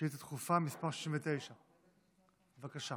שאילתה דחופה מס' 69. בבקשה.